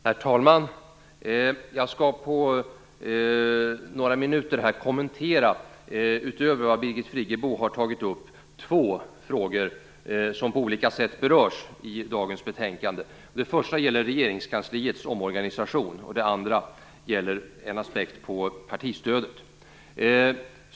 Herr talman! Jag skall under några minuter kommentera två frågor, utöver det som Birgit Friggebo har tagit upp, som på olika sätt berörs i dagens betänkande. Den första gäller regeringskansliets omorganisation, och den andra gäller en aspekt på partistödet.